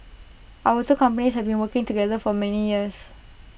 our two companies have been working together for many years